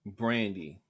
brandy